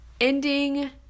ending